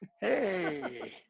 hey